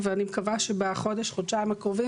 יש מקומות שיסתפקו רק בשינוי בחוזרי מנכ"ל.